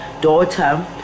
daughter